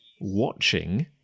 watching